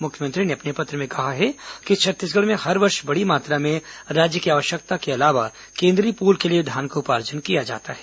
मुख्यमंत्री ने अपने पत्र में कहा है कि छत्तीसगढ में हर वर्ष बड़ी मात्रा में राज्य की आवश्यकता के अलावा केन्द्रीय पूल के लिए धान का उपार्जन किया जाता है